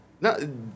No